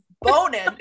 bonin